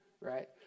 right